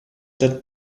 that